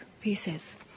pieces